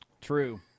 True